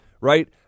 Right